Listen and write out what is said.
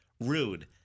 rude